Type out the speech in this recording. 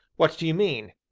what do you mean?